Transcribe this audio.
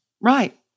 Right